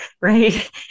Right